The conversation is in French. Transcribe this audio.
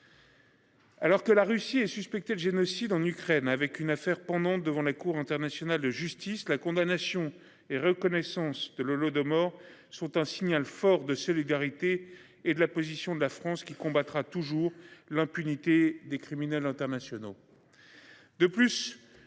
Alors que la Russie est suspecté de génocide en Ukraine avec une affaire pendante devant la Cour internationale de justice la condamnation et reconnaissance de l'Holodomor sont un signal fort de solidarité et de la position de la France qui combattra toujours l'impunité des criminels internationaux.